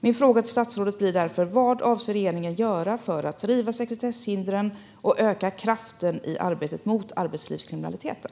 Min fråga till statsrådet blir därför: Vad avser regeringen att göra för att riva sekretesshindren och öka kraften i arbetet mot arbetslivskriminaliteten?